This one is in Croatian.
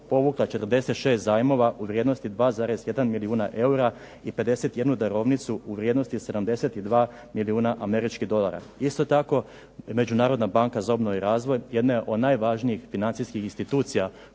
povukla 46 zajmova u vrijednosti 2,1 milijuna eura, i 51 darovnicu u vrijednosti 72 milijuna američkih dolara. Isto tako Međunarodna banka za obnovu i razvoj jedna je od najvažnijih financijskih institucija